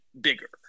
bigger